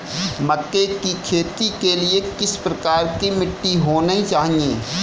मक्के की खेती के लिए किस प्रकार की मिट्टी होनी चाहिए?